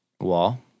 wall